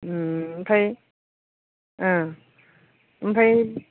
उम ओमफ्राय ओ ओमफ्राय